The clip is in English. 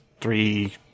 three